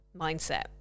mindset